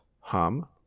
hum